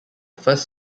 first